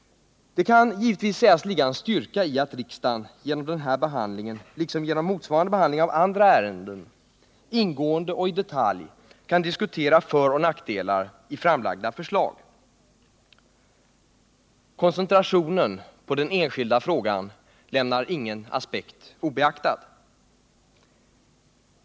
Det ligger givetvis en styrka i att riksdagen genom den här behandlingen, liksom genom motsvarande behandling av andra ärenden, ingående och i detalj kan diskutera föroch nackdelar i framlagda förslag. Koncentrationen på den enskilda frågan lämnar ingen aspekt obeaktad.